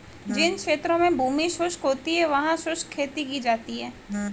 जिन क्षेत्रों में भूमि शुष्क होती है वहां शुष्क खेती की जाती है